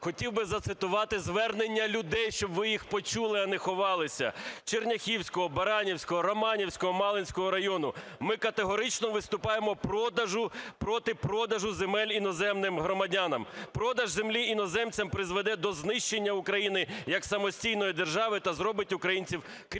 хотів би зацитувати звернення людей ( щоб ви їх почули, а не ховалися) Черняхівського, Баранівського, Романівського, Малинського районів: "Ми категорично вступаємо проти продажу земель іноземним громадянам. Продаж землі іноземцям призведе до знищення України як самостійної держави та зробить українців кріпаками